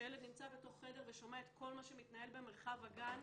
כשהילד נמצא בתוך חדר ושומע את כל מה שמתנהל במרחב הגן,